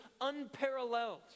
unparalleled